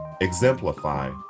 exemplify